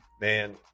Man